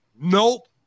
Nope